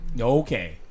Okay